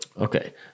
Okay